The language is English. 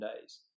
days